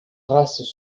races